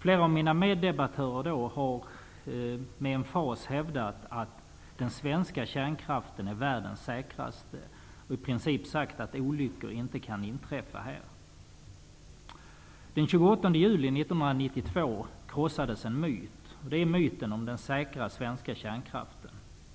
Flera av mina meddebattörer har då med emfas hävdat att den svenska kärnkraften är världens säkraste. De har sagt att i princip kan olyckor inte inträffa här. Den 28 juli 1992 krossades en myt. Det är myten om den säkra svenska kärnkraften.